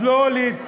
אז לא להתפלא,